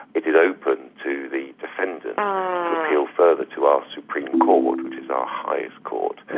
is open to the defendant to appeal further to our supreme court, which is our highest court.